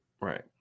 Right